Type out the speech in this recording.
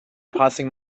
passing